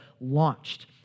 launched